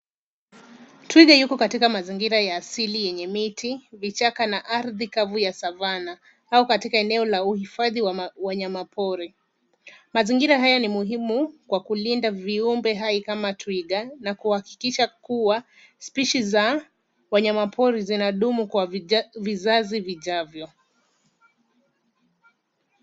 Twiga yuko katika mazingira ya asili yenye miti vichaka na ardhi kavu ya savanna au katika eneo la uhifadhi wa wanyama pori. Mazingira haya ni muhimu kwa kulinda viumbe hai kama twiga na kuhakikisha kuwa spishi za wanyama pori zinadumu kwa vizazi vijavyo.